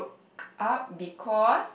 up because